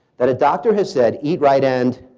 that a doctor has said eat right and.